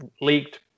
leaked